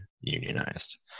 unionized